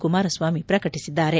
ಕುಮಾರಸ್ನಾಮಿ ಪ್ರಕಟಿಸಿದ್ದಾರೆ